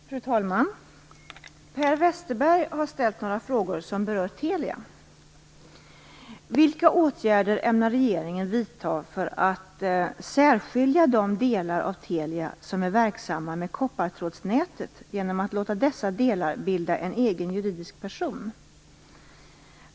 Fru talman! Per Westerberg har ställt några frågor som berör Telia: Vilka åtgärder ämnar regeringen vidta för att särskilja de delar av Telia som är verksamma med koppartrådsnätet genom att låta dessa delar bilda en egen juridisk person?